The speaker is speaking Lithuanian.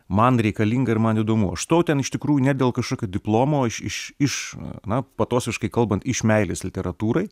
man reikalinga ir man įdomu aš stojau ten iš tikrųjų ne dėl kažkokio diplomo o iš iš iš na patosiškai kalbant iš meilės literatūrai